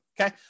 okay